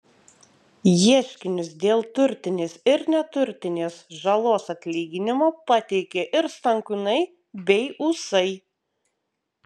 ieškinius dėl turtinės ir neturtinės žalos atlyginimo pateikė ir stankūnai bei ūsai